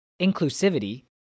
inclusivity